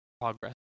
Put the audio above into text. progress